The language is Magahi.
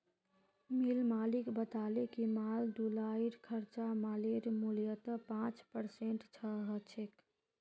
मिल मालिक बताले कि माल ढुलाईर खर्चा मालेर मूल्यत पाँच परसेंट ह छेक